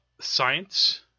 science